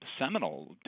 seminal